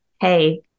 hey